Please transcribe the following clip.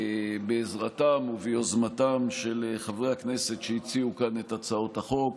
בעזרתם וביוזמתם של חברי הכנסת שהציעו כאן את הצעות החוק,